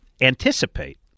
anticipate